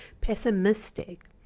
pessimistic